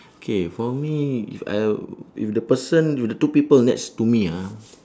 okay for me if I'll if the person if the two people next to me ah